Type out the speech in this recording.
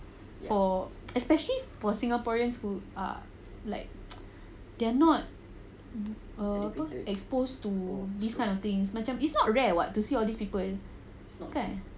especially for singaporeans who are like they're not exposed to these kind of things much it's not rare [what] to see all these people